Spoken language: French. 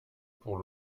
pour